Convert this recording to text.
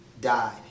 died